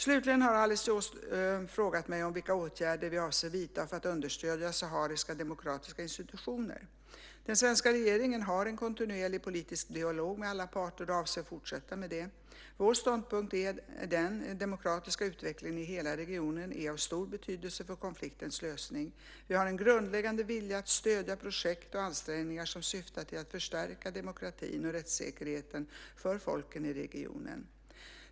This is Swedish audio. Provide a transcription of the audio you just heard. Slutligen har Alice Åström frågat mig vilka åtgärder vi avser att vidta för att understödja sahariska demokratiska institutioner. Den svenska regeringen har en kontinuerlig politisk dialog med alla parter och avser att fortsätta med detta. Vår ståndpunkt är att den demokratiska utvecklingen i hela regionen är av stor betydelse för konfliktens lösning. Vi har en grundläggande vilja att stödja projekt och ansträngningar som syftar till att förstärka demokratin och rättssäkerheten för folken i regionen.